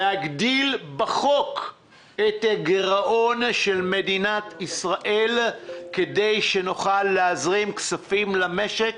להגדיל בחוק את גירעון מדינת ישראל כדי שנוכל להזרים כספים למשק,